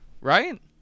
right